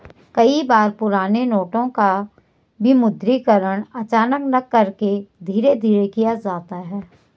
कई बार पुराने नोटों का विमुद्रीकरण अचानक न करके धीरे धीरे किया जाता है